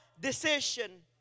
decision